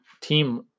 team